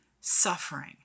suffering